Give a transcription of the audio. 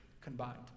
combined